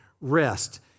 rest